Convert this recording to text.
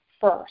first